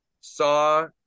saw